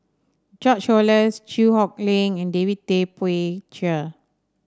George Oehlers Chew Hock Leong and David Tay Poey Cher